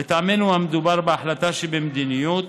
לטעמנו, מדובר בהחלטה שבמדיניות,